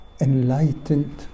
enlightened